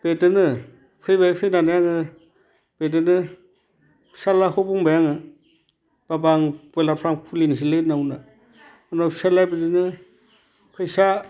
बेदोङो फैबाय फैनानै आङो बेदेनो फिसालाखौ बुंबाय आङो बाबा आं ब्रयलार फ्राम खुलिनोसैलै होनना बुंदां उनाव फिसालाया बिदिनो फैसा